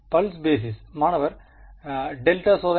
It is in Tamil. பல்ஸ் பேஸிஸ் மாணவர் டெல்டா சோதனை